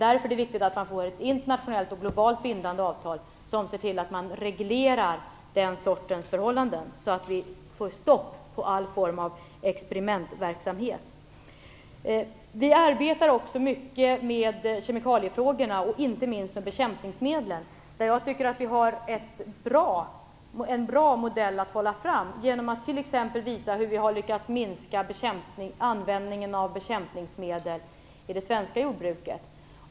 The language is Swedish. Därför är det viktigt att man får ett internationellt och globalt bindande avtal som ser till att man reglerar den sortens förhållanden så att vi får stopp på all form av experimentverksamhet. Vi arbetar också mycket med kemikaliefrågorna, inte minst när det gäller bekämpningsmedlen. Jag tycker att vi har en bra modell att hålla fram. Vi kan t.ex. visa hur vi har lyckats minska användningen av bekämpningsmedel i det svenska jordbruket.